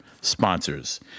Sponsors